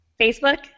Facebook